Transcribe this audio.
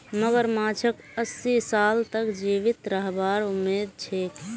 मगरमच्छक अस्सी साल तक जीवित रहबार उम्मीद छेक